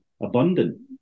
abundant